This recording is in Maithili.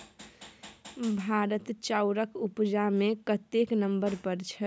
भारत चाउरक उपजा मे कतेक नंबर पर छै?